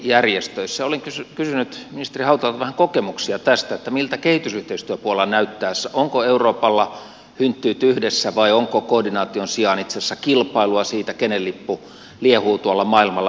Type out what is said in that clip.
olisin kysynyt ministeri hautalalta vähän kokemuksia tästä että miltä kehitysyhteistyöpuolella näyttää onko euroopalla hynttyyt yhdessä vai onko koordinaation sijaan itse asiassa kilpailua siitä kenen lippu liehuu tuolla maailmalla